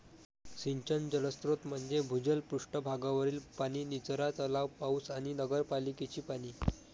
सिंचन जलस्रोत म्हणजे भूजल, पृष्ठ भागावरील पाणी, निचरा तलाव, पाऊस आणि नगरपालिकेचे पाणी